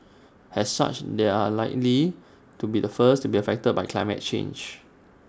as such they are likely to be the first to be affected by climate change